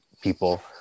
people